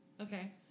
okay